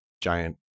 giant